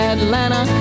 Atlanta